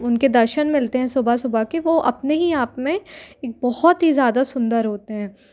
उनके दर्शन मिलते है सुबह सुबह की वो अपने ही आप में बहुत ही ज़्यादा सुंदर होते हैं